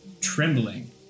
trembling